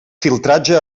filtratge